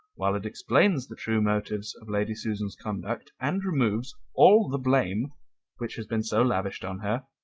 while it explains the true motives of lady susan's conduct, and removes all the blame which has been so lavished on her,